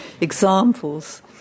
examples